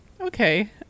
okay